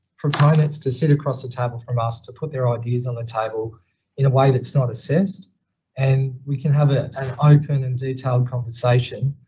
proponents to sit across the table from us to put their ideas on the table in a way that's not assessed and we can have ah an open and detailed conversation,